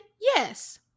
Yes